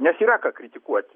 nes yra ką kritikuoti